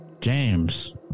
James